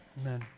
Amen